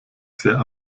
sehr